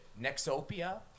Nexopia